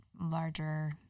larger